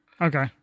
Okay